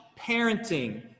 parenting